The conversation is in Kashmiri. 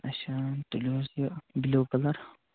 اَچھا تُلِو حظ یہِ بِلو کلر